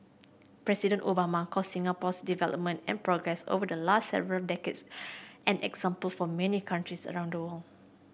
President Obama called Singapore's development and progress over the last several decades an example for many countries around the world